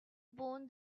bone